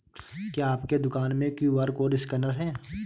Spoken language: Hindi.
क्या आपके दुकान में क्यू.आर कोड स्कैनर है?